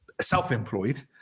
self-employed